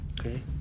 Okay